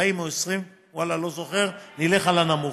40 או 20, ואללה לא זוכר, נלך על הנמוך,